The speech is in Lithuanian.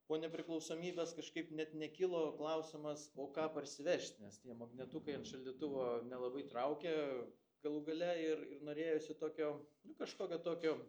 po nepriklausomybės kažkaip net nekilo klausimas ką parsivežt nes tie magnetukai ant šaldytuvo nelabai traukė galų gale ir ir norėjosi tokio nu kažkokio tokio